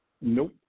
Nope